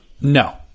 No